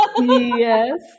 Yes